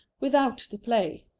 without the play.